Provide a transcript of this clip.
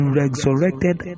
resurrected